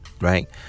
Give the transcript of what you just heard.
Right